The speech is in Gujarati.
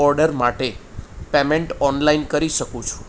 ઓર્ડર માટે પેમેન્ટ ઓનલાઇન કરી શકું છું